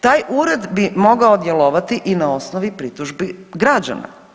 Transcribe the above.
Taj ured bi mogao djelovati i na osnovi pritužbi građana.